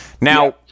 Now